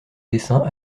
dessin